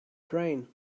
train